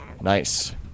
Nice